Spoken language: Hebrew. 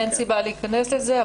אין סיבה להיכנס לזה,